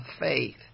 faith